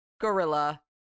gorilla